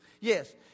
Yes